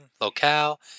locale